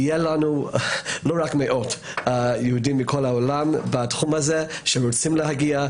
יהיה לנו לא רק מאות יהודים מכל העולם בתחום הזה שרוצים להגיע.